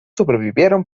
sobrevivieron